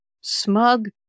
Smug